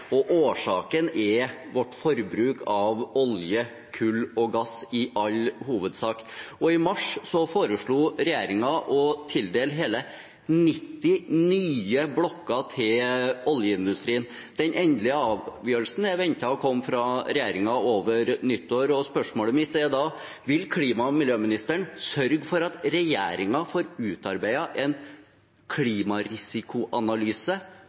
Og årsaken er vårt forbruk av olje, kull og gass – i all hovedsak. I mars foreslo regjeringen å tildele hele 90 nye blokker til oljeindustrien, og den endelige avgjørelsen er ventet å komme fra regjeringen over nyttår. Spørsmålet mitt er da: Vil klima- og miljøministeren sørge for at regjeringen får utarbeidet en klimarisikoanalyse